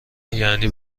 یعنی